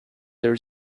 there